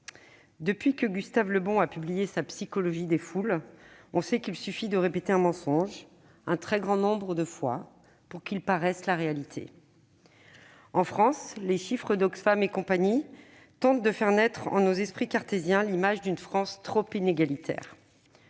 Depuis que Gustave Le Bon a publié sa, on sait qu'il suffit de répéter un mensonge un très grand nombre de fois pour qu'il paraisse la réalité. En France, les chiffres d'Oxfam et compagnie tentent de faire naître en nos esprits cartésiens l'image d'une France trop inégalitaire.